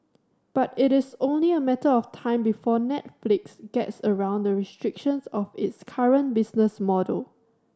but it is only a matter of time before Netflix gets around the restrictions of its current business model